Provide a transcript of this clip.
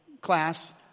class